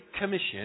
Commission